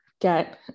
get